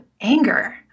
anger